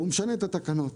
והוא משנה את התקנות.